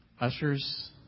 Ushers